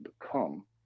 become